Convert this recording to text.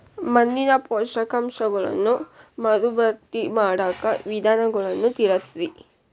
ಮಣ್ಣಿನ ಪೋಷಕಾಂಶಗಳನ್ನ ಮರುಭರ್ತಿ ಮಾಡಾಕ ವಿಧಾನಗಳನ್ನ ತಿಳಸ್ರಿ